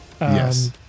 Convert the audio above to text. Yes